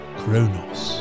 chronos